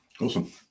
Awesome